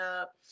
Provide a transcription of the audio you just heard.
up